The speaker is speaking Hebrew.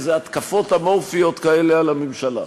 איזה התקפות אמורפיות כאלה על הממשלה,